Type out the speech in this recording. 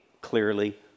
clearly